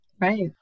Right